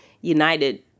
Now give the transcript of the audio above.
United